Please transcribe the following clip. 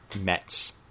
Mets